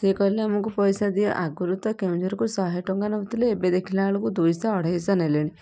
ସେ କହିଲେ ଆମକୁ ପଇସା ଦିଅ ଆଗରୁ ତ କେଉଁଝରକୁ ଶହେ ଟଙ୍କା ନଉଥିଲେ ଏବେ ଦେଖିଲାବେଳକୁ ଦୁଇଶହ ଅଢ଼େଇଶହ ନେଲେଣି